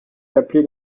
d’appeler